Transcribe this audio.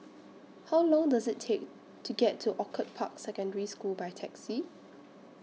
How Long Does IT Take to get to Orchid Park Secondary School By Taxi